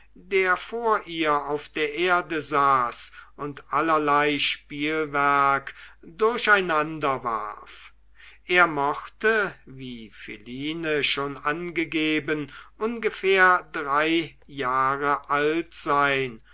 der vor ihr auf der erde saß und allerlei spielwerk durcheinander warf er mochte wie philine schon angegeben ungefähr drei jahre alt sein